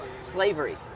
Slavery